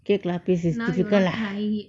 cake lapis is difficult lah